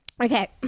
Okay